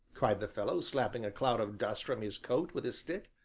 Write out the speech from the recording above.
cried the fellow, slapping a cloud of dust from his coat with his stick,